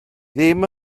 ddim